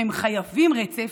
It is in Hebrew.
והם חייבים רצף.